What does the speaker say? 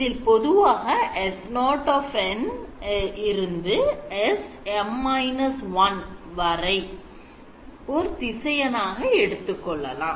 இதில் பொதுவாக S0 n இருந்து SM−1 n வரை ஓர் திசையன் ஆக எடுத்துக்கொள்ளலாம்